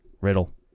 Riddle